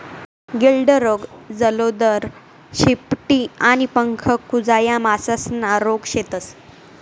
गिल्ड रोग, जलोदर, शेपटी आणि पंख कुजा या मासासना रोग शेतस